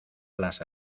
las